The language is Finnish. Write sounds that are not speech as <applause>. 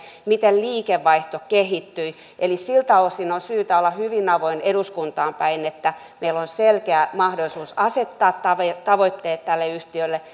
miten liikevaihto kehittyi siltä osin on syytä olla hyvin avoin eduskuntaan päin että meillä on selkeä mahdollisuus asettaa tavoitteet tavoitteet tälle yhtiölle <unintelligible>